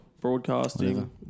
Broadcasting